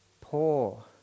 poor